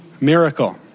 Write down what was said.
miracle